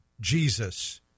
Jesus